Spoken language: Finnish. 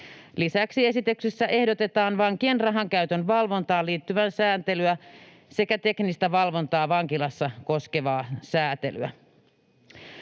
Lisäksi esityksessä ehdotetaan vankien rahankäytön valvontaan liittyvää sääntelyä sekä teknistä valvontaa vankilassa koskevaa sääntelyä.